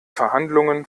verhandlungen